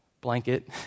blanket